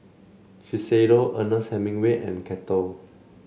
Shiseido Ernest Hemingway and Kettle